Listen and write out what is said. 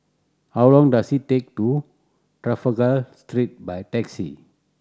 how long does it take to Trafalgar Street by taxi